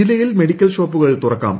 ജില്ലയിൽ മെഡിക്കൽ ഷോപ്പുകൾ തുറക്കാം